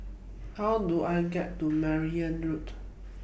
How Do I get to Merryn Road